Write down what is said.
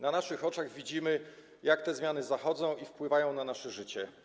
Na naszych oczach widzimy, jak te zmiany zachodzą i wpływają na nasze życie.